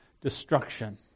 destruction